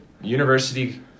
university